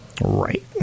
Right